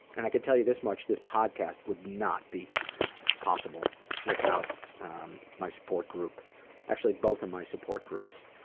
and i can tell you this much. this podcast would not be possible without um my support group actually both of my support groups,